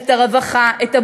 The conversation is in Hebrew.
את הרווחה,